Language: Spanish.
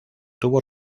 tuvo